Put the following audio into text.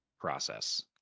process